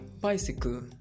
bicycle